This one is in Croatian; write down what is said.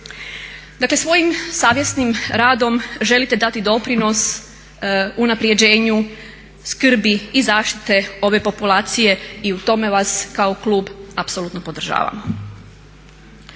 Dakle svojim savjesnim radom želite dati doprinos unapređenju skrbi i zaštite ove populacije i u tome vas kao klub apsolutno podržavamo.